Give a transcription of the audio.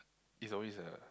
is always the